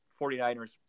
49ers